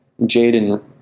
Jaden